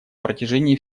протяжении